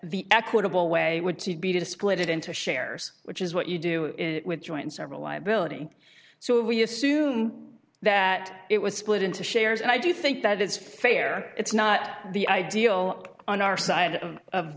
the equitable way would be to split it into shares which is what you do with joint several liability so we assume that it was split into shares and i do think that it's fair it's not the ideal on our side of